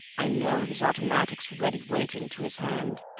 i know his automatic's ready waiting to his hand.